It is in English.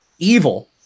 Evil